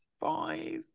five